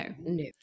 no